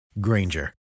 Granger